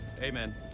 Amen